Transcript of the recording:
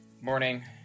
Morning